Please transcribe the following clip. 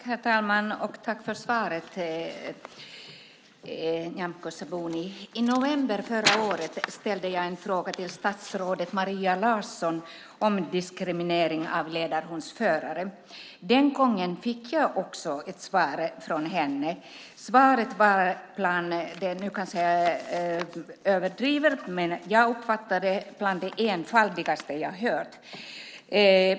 Herr talman! Jag tackar Nyamko Sabuni för svaret. I november förra året ställde jag en fråga till statsrådet Maria Larsson om diskriminering av ledarhundsförare. Den gången fick jag också ett svar från henne. Jag kanske överdriver, men jag uppfattade svaret som bland det enfaldigaste som jag har hört.